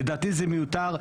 לדעתי זה מיותר.